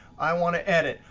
i want to edit.